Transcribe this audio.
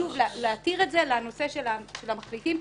להתיר את זה בנושא של המחליטים.